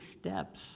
steps